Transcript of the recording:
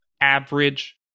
average